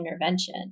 intervention